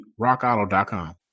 rockauto.com